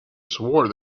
swore